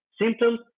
symptoms